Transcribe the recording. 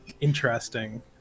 interesting